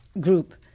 group